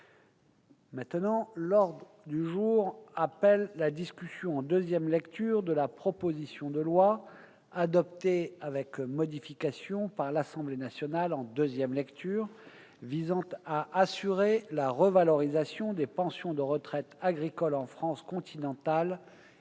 règlement. L'ordre du jour appelle la discussion en deuxième lecture de la proposition de loi, adoptée avec modifications par l'Assemblée nationale en deuxième lecture, visant à assurer la revalorisation des pensions de retraite agricoles en France continentale